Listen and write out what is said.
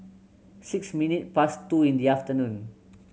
six minutes past two in the afternoon